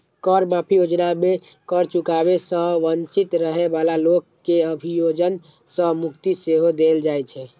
कर माफी योजना मे कर चुकाबै सं वंचित रहै बला लोक कें अभियोजन सं मुक्ति सेहो देल जाइ छै